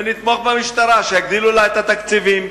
ונתמוך במשטרה שיגדילו לה את התקציבים,